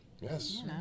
Yes